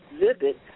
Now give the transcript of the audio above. exhibit